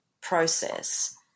process